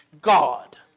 God